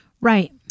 Right